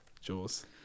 Jaws